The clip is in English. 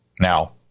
Now